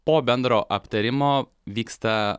po bendro aptarimo vyksta